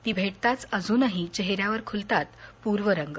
ती भेटताच अजुनही चेहऱ्यावर खुलतात पूर्वरंग